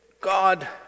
God